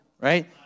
right